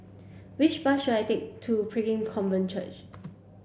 which bus should I take to Pilgrim Covenant Church